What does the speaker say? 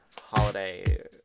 holiday